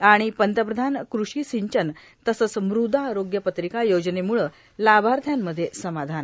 आणि पंतप्रधान कृषी सिंचन तसच मृदा आरोग्य पत्रिका योजनेम्ळ लाभार्थ्यामध्ये समाधान